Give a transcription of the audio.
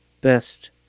best